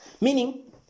Meaning